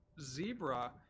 Zebra